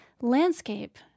landscape